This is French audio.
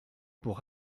pour